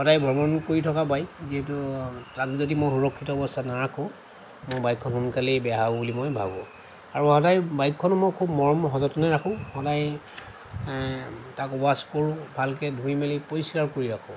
সদায় ভ্ৰমণ কৰি থকা বাইক যিহেতু তাক যদি মই সুৰক্ষিত অৱস্থাত নাৰাখোঁ মোৰ বাইকখন সোনকালেই বেয়া হ'ব বুলি মই ভাবোঁ আৰু সদায় বাইকখন মই খুব মৰম সযতনে ৰাখোঁ সদায় তাক ৱাচ কৰোঁ ভালকৈ ধুই মেলি পৰিষ্কাৰ কৰি ৰাখোঁ